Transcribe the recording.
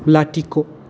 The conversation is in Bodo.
लाथिख'